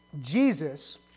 Jesus